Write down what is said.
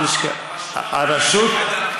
הרשות אמורה,